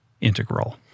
integral